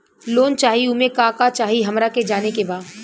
Loan चाही उमे का का चाही हमरा के जाने के बा?